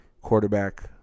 quarterback